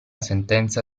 sentenza